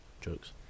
jokes